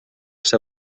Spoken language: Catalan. ser